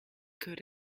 could